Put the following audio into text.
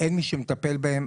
אין מי שמטפל בהם,